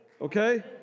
okay